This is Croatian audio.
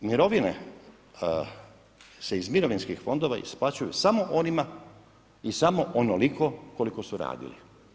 Da mirovine se iz mirovinskih fondova isplaćuju samo onima i samo onoliko koliko su radili.